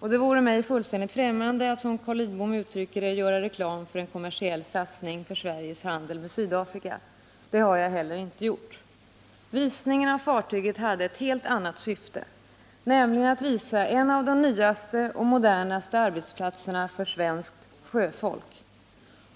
Det vore mig fullständigt främmande att, som Carl Lidbom uttrycker det, göra reklam för en kommersiell satsning för Sveriges handel med Sydafrika. Det har jag heller inte gjort. Visningen av fartyget hade ett helt annat syfte, nämligen att visa en av de nyaste och modernaste arbetsplatserna för svenskt sjöfolk.